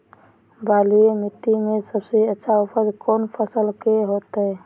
बलुई मिट्टी में सबसे अच्छा उपज कौन फसल के होतय?